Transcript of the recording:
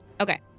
Okay